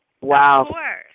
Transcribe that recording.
Wow